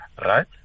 right